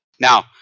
Now